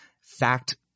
fact